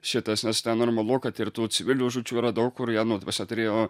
šitas nes ten normalu kad ir tų civilių žūčių yra daug kur jie nu ta prasme turėjo